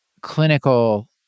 clinical